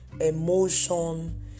emotion